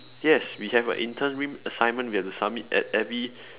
yes we have a interim assignment we have to submit at every